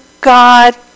God